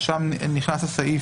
שם נכנס הסעיף